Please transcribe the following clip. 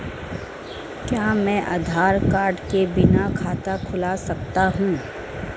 क्या मैं आधार कार्ड के बिना खाता खुला सकता हूं?